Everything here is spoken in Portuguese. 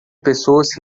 pessoas